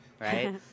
right